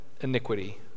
iniquity